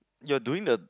you're doing the